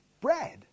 bread